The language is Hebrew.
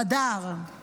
"הדר /